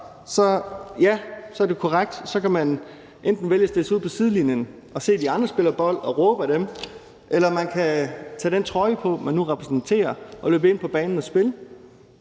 ja, så er det korrekt, at man enten kan vælge at stille sig ud på sidelinjen og se de andre spille bold og råbe ad dem eller man kan tage den trøje på, man nu repræsenterer, og løbe ind på banen og spille.